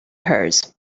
hers